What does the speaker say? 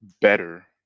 better